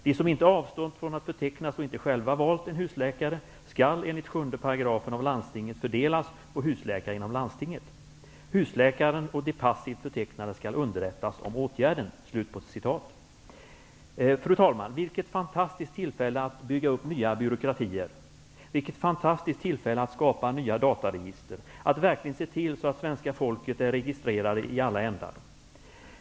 De som inte avstått från att förtecknas och inte själva valt en husläkare skall enligt 7 § av landstinget fördelas på husläkarna inom landstinget. Husläkaren och de passivt förtecknade skall underrättas om åtgärden.'' Fru talman! Vilket fantastiskt tillfälle att bygga upp nya byråkratier! Vilket fantastiskt tillfälle att skapa nya dataregister, att verkligen se till att svenska folket är registrerat i alla ändar!